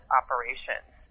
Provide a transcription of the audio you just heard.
operations